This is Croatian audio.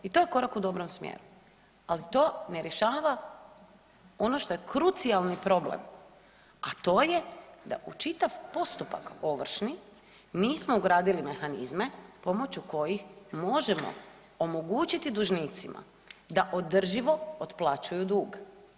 I to je korak u dobrom smjeru, ali to ne rješava ono što je krucijalni problem a to je da u čitav postupak ovršni, nismo ugradili mehanizme pomoću kojih možemo omogućiti dužnicima da održivo otplaćuju dug.